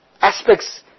aspects